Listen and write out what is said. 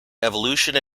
evolution